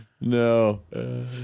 no